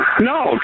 No